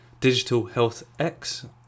DigitalHealthX